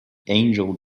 angel